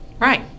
Right